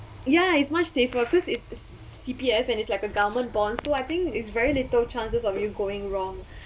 ya is much safer cause is C_P_F and its like a government bond so I think is very little chances of you going wrong